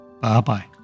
Bye-bye